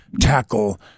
tackle